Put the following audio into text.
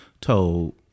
told